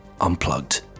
unplugged